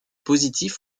positif